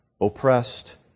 oppressed